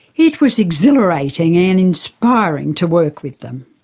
it was exhilarating and inspiring to work with them.